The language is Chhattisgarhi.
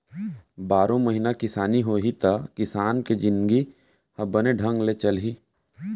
बारो महिना किसानी होही त किसान के जिनगी ह बने ढंग ले चलही